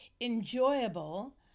enjoyable